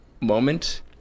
moment